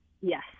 Yes